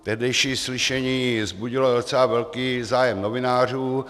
Tehdejší slyšení vzbudilo docela velký zájem novinářů.